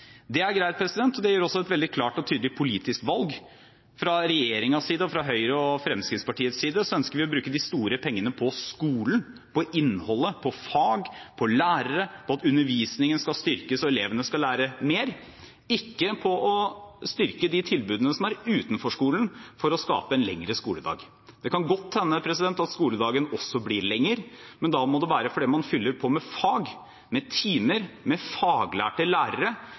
Det er greit, og det gir også et veldig klart og tydelig politisk valg. Fra regjeringens side, og fra Høyres og Fremskrittspartiets side, ønsker vi å bruke de store pengene på skolen – på innholdet, på fag, på lærere, på at undervisningen skal styrkes, og på at elevene skal lære mer – ikke på å styrke de tilbudene som er utenfor skolen, for å skape en lengre skoledag. Det kan godt hende at skoledagen også blir lengre, men da må det være fordi man fyller på med fag, med timer, med faglærte lærere,